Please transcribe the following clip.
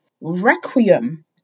Requiem